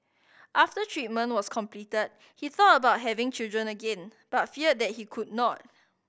after treatment was completed he thought about having children again but feared that he could not